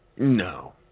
No